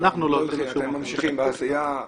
אתם ממשיכים בעשייה.